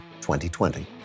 2020